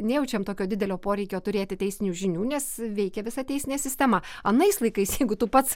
nejaučiam tokio didelio poreikio turėti teisinių žinių nes veikia visa teisinė sistema anais laikais jeigu tu pats